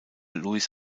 louis